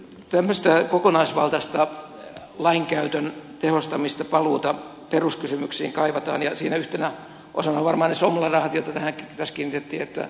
tämmöistä kokonaisvaltaista lainkäytön tehostamista paluuta peruskysymyksiin kaivataan ja siinä yhtenä osana varmaan ovat ne somla rahat joihin tässä kiinnitettiin huomiota